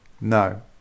No